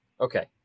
Okay